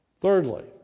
Thirdly